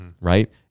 right